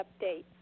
update